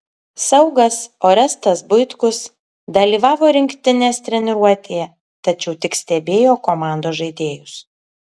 saugas orestas buitkus dalyvavo rinktinės treniruotėje tačiau tik stebėjo komandos žaidėjus